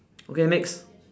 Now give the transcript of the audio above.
okay next